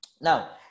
Now